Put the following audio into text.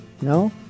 No